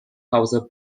hause